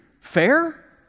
Fair